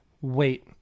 Wait